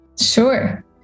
sure